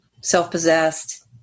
self-possessed